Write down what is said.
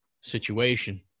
situation